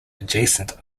adjacent